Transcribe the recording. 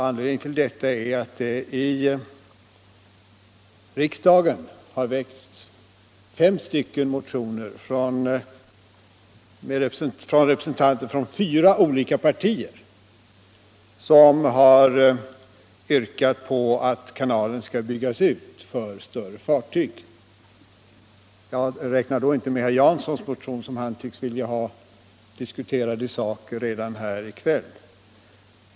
Anledningen till detta är att det i riksdagen har väckts fem motioner av representanter från fyra olika partier som har yrkat att kanalen skall byggas ut för större fartyg. Jag räknar då inte med herr Janssons motion som han tycks vilja ha diskuterad i sak redan i kväll.